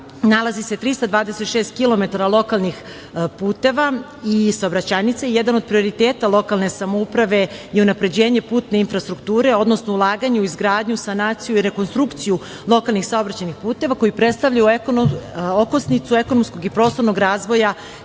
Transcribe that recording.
nalazi se 326 kilometara lokalnih puteva i saobraćajnica. Jedan od prioriteta lokalne samouprave je unapređenje putne infrastrukture, odnosno ulaganje u izgradnju, sanaciju i rekonstrukciju lokalnih saobraćajnih puteva koji predstavljaju okosnicu ekonomskog i prostornog razvoja